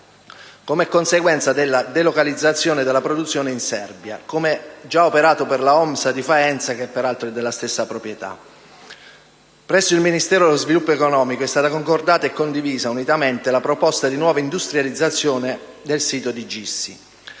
come conseguenza della delocalizzazione della produzione in Serbia, come già operato per la Omsa di Faenza (che peraltro è della stessa proprietà). Presso il Ministero dello sviluppo economico è stata concordata e condivisa unanimemente la proposta di nuova industrializzazione del sito di Gissi.